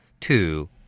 Two